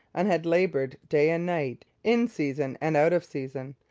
and had laboured day and night, in season and out of season,